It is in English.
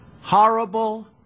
horrible